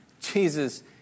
Jesus